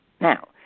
Now